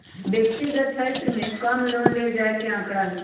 व्यक्तिगत क्षेत्र में कम लोन ले जाये के आंकडा हई